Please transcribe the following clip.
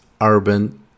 urban